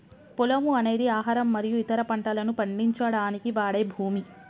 పొలము అనేది ఆహారం మరియు ఇతర పంటలను పండించడానికి వాడే భూమి